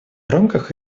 рамках